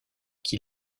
qui